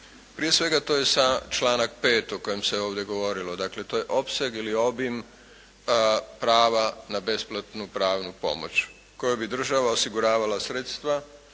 Prije svega to je članak 5. o kojem se ovdje govorilo. Dakle to je opseg ili obim prava na besplatnu pravnu pomoć kojom bi država osiguravala sredstva